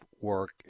work